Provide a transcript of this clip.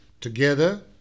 together